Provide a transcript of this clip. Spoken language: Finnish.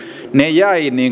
jäivät